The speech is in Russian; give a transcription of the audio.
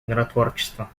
миротворчество